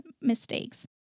mistakes